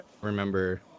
remember